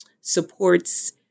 supports